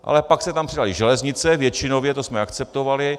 Ale pak se tam přidaly železnice, většinově, to jsme akceptovali.